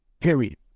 period